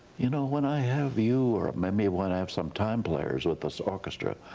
you know when i have you or maybe when i have some time players with this orchestra,